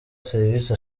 serivisi